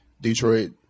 Detroit